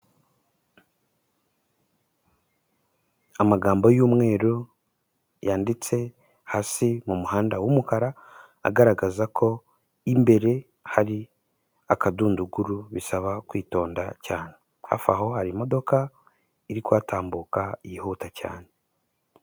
Amagambo y'umweru yanditse hasi mu muhanda w'umukara, agaragaza ko imbere hari akadunduguru bisaba kwitonda cyane. Hafi aho hari imodoka iri kuhatambuka, yihuta cyane.